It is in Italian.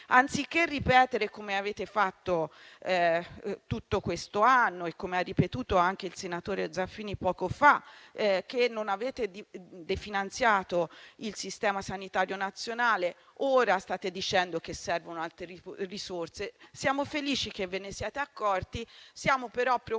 anziché ripetere, come avete fatto per tutto questo anno - e come ha fatto lo stesso senatore Zaffini poco fa - che non avete definanziato il Sistema sanitario nazionale, ora stiate dicendo che servono altre risorse: siamo felici che ve ne siate accorti, ma siamo preoccupati